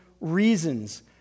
reasons